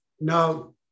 Now